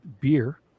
beer